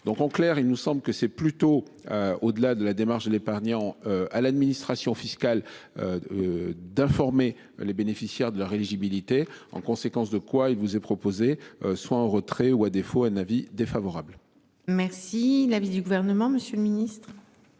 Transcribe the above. donc en clair, il nous semble que c'est plutôt. Au-delà de la démarche de l'épargnant à l'administration fiscale. D'informer les bénéficiaires de leur éligibilité en conséquence de quoi il vous est proposé soit en retrait ou à défaut un avis défavorable. Merci l'avis du gouvernement, Monsieur le Ministre.